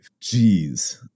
Jeez